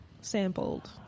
sampled